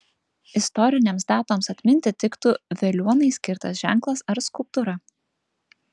istorinėms datoms atminti tiktų veliuonai skirtas ženklas ar skulptūra